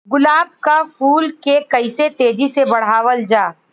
गुलाब क फूल के कइसे तेजी से बढ़ावल जा?